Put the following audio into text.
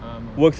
ஆமா:aamaa